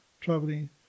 traveling